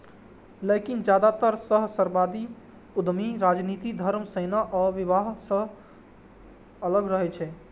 लेकिन जादेतर सहस्राब्दी उद्यमी राजनीति, धर्म, सेना आ विवाह सं अलग रहै छै